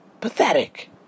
pathetic